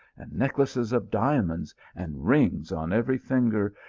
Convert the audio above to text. and necklaces of diamonds, and rings on every finger,